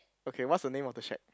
okay what's the name of the shack